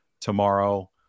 tomorrow